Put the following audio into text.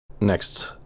next